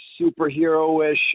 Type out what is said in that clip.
superhero-ish